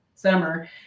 summer